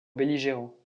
belligérants